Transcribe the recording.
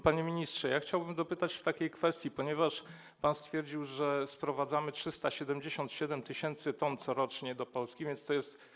Panie ministrze, ja chciałbym dopytać o pewną kwestię, ponieważ pan stwierdził, że sprowadzamy 377 tys. t corocznie do Polski, więc to jest.